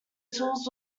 tools